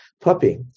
puppy